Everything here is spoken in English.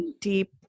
deep